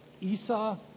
Esau